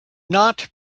not